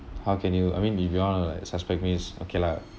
how can you I mean if you want to like suspect me okay lah